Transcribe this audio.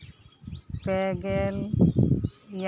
ᱯᱮᱜᱮᱞ ᱮᱭᱟᱭ